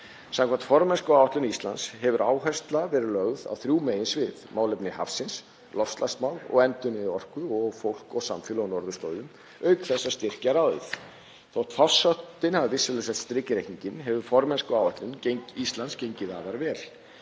Samkvæmt formennskuáætlun Íslands hefur áhersla verið lögð á þrjú meginsvið; málefni hafsins, loftslagsmál og endurnýjanlega orku og fólk og samfélög á norðurslóðum, auk þess að styrkja ráðið. Þótt farsóttin hafi vissulega sett strik í reikninginn hefur formennskuáætlun Íslands gengið afar vel.